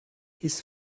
his